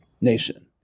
nation